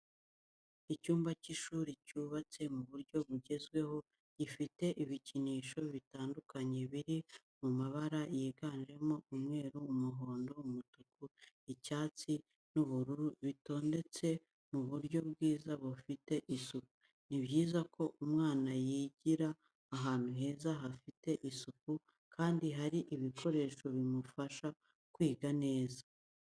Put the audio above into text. Icyumba cy'ishuri cyubatse mu buryo bugezweho gifite ibikinisho bitandukanye biri mu mabara yiganjemo umweru, umuhondo, umutuku, icyatsi n'ubururu bitondetse mu buryo bwiza bufite isuku. Ni byiza ko umwana yigira ahantu heza hafite isuku kandi hari ibikoresho bimufasha kwiga neza.